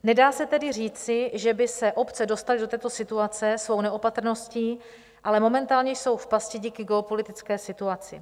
Nedá se tedy říci, že by se obce dostaly do této situace svojí neopatrností, ale momentálně jsou v pasti díky geopolitické situaci.